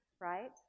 right